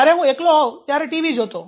જ્યારે હું એકલો હોઉં ત્યારે હું ટીવી જોતો